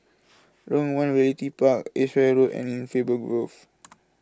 Lorong one Realty Park Edgware Road and Faber Grove